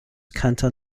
canton